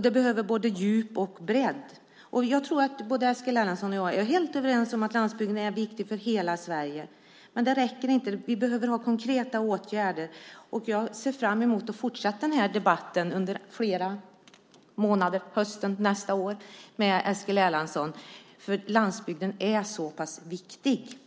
Då behövs både djup och bredd. Jag tror att Eskil Erlandsson och jag är helt överens som att landsbygden är viktig för hela Sverige. Men det räcker inte. Vi behöver konkreta åtgärder. Jag ser fram emot fortsatta debatter under hösten och nästa år med Eskil Erlandsson, för landsbygden är så viktig.